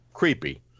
Creepy